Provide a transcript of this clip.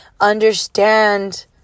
understand